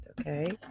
okay